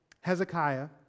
Hezekiah